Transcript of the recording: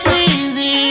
easy